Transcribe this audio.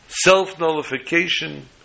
self-nullification